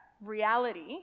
reality